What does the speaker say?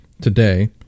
today